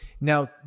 now